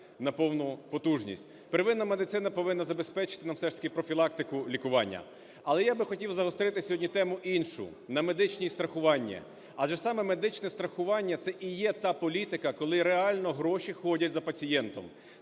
на повну потужність. Первинна медицина повинна забезпечити нам все ж таки профілактику лікування. Але я б хотів загострити сьогодні тему іншу: на медичні страхування. Адже саме медичне страхування – це і є та політика, коли реально гроші ходять за пацієнтом,